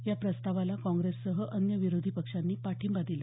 या प्रस्तावाला काँग्रेससह अन्य विरोधी पक्षांनी पाठिंबा दिला